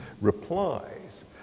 replies